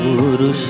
Guru